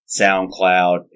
SoundCloud